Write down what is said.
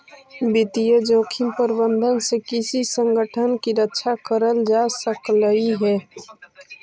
वित्तीय जोखिम प्रबंधन से किसी संगठन की रक्षा करल जा सकलई हे